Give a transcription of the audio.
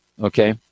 okay